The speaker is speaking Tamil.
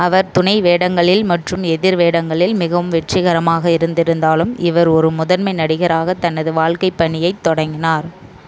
அவர் துணை வேடங்களில் மற்றும் எதிர் வேடங்களில் மிகவும் வெற்றிகரமாக இருந்திருந்தாலும் இவர் ஒரு முதன்மை நடிகராக தனது வாழ்க்கைப்பணியைத் தொடங்கினார்